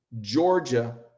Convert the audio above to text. Georgia